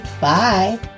Bye